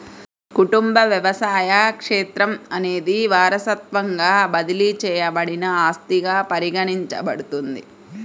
కుటుంబ వ్యవసాయ క్షేత్రం అనేది వారసత్వంగా బదిలీ చేయబడిన ఆస్తిగా పరిగణించబడుతుంది